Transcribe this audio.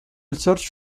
search